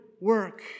work